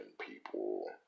people